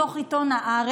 מתוך עיתון הארץ,